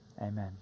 Amen